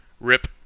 rip